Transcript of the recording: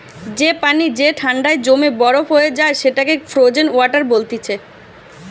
যে পানি যে ঠান্ডায় জমে বরফ হয়ে যায় সেটাকে ফ্রোজেন ওয়াটার বলতিছে